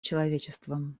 человечеством